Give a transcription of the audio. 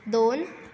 दोन